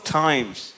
times